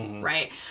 Right